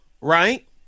right